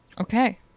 Okay